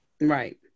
Right